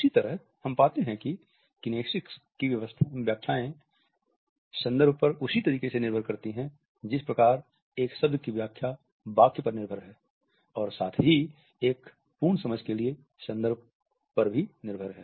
उसी तरह हम पाते हैं कि किनेसिक्स की व्याख्याएं संदर्भ पर उसी तरीके से निर्भर करती है जिस प्रकार एक शब्द की व्याख्या वाक्य पर निर्भर है और साथ ही एक पूर्ण समझ के लिए संदर्भ निर्भर है